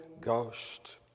Ghost